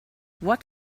what